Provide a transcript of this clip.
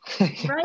Right